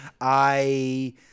I-